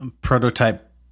prototype